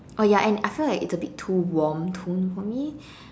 oh ya and I feel like it's a bit too warm tone for me